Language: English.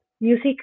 Music